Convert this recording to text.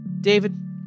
David